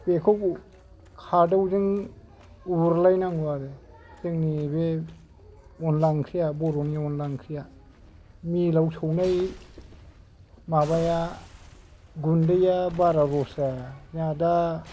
बेखौ खादौजों उरलायनांगौ आरो जोंनि बे अनला ओंख्रिया बर'नि अनला ओंख्रिया मिलआव सौनाय माबाया गुन्दैआ बारा रस जाया जोंहा दा